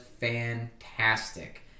fantastic